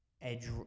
edge